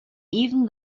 even